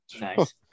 Nice